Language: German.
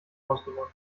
ausgeräumt